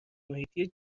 محیطی